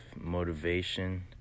motivation